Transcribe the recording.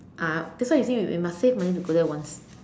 ah that's why you see you must save money to go there once